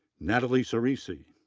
natalie ciresi,